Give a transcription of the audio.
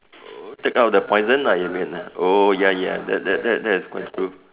take out the poison lah you mean oh ya ya that that that that is quite true